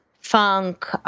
funk